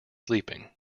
sleeping